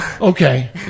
Okay